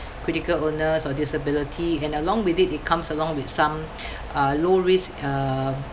critical illness or disability and along with it it comes along with some uh low risk uh